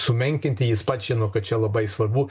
sumenkinti jis pats žino kad čia labai svarbu